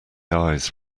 eyes